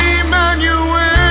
Emmanuel